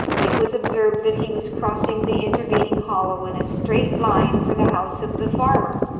it was observed that he was crossing the intervening hollow in a straight line for the house of the farmer,